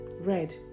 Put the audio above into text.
Red